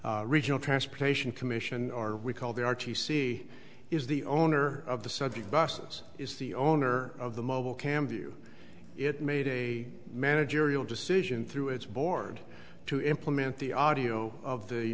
that regional transportation commission or we call the r t c is the owner of the subject busses is the owner of the mobile cam view it made a managerial decision through its board to implement the audio of the